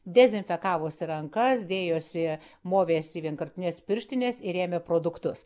dezinfekavosi rankas dėjosi movėsi vienkartines pirštines ir ėmė produktus